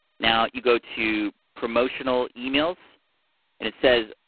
now, you go to promotional emails. and it says,